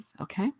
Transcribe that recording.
Okay